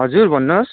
हजुर भन्नुहोस्